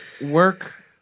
work